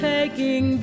Taking